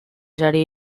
sari